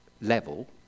level